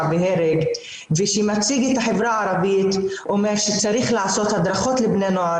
והרג ושמייצג את החברה הערבית אומר שצריך לעשות הדרכות לבני נוער